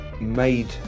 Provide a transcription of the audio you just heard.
made